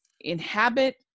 inhabit